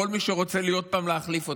כל מי שרוצה פעם להחליף אותו.